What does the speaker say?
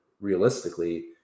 realistically